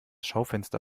schaufenster